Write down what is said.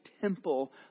temple